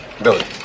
Billy